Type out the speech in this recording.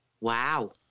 Wow